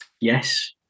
Yes